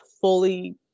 fully